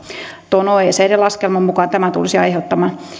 tuon oecdn laskelman mukaan tämä tulisi aiheuttamaan